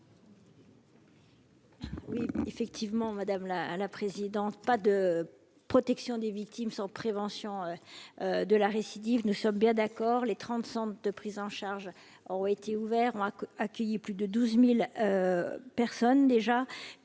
Oui effectivement madame la à la présidente : pas de protection des victimes sans prévention de la récidive, nous sommes bien d'accord, les 30 centres de prise en charge aurait été ouvert, on a accueilli plus de 12000 personnes déjà